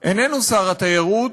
איננו שר התיירות,